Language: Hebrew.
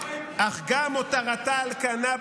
"אך גם הותרתה על כנה,